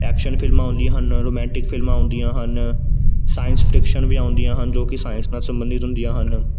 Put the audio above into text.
action ਫਿਲਮਾਂ ਆਉਂਦੀਆਂ ਹਨ ਰੋਮੈਂਟਿਕ ਫਿਲਮਾਂ ਆਉਂਦੀਆਂ ਹਨ ਸਾਇੰਸ ਫ੍ਰਿਕਸ਼ਨ ਵੀ ਆਉਂਦੀਆਂ ਹਨ ਜੋ ਕਿ ਸਾਇੰਸ ਨਾਲ ਸੰਬੰਧਤ ਹੁੰਦੀਆਂ ਹਨ